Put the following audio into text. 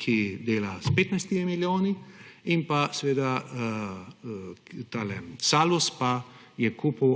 ki dela s 15 milijoni, in pa Salus, ki je kupil,